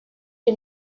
est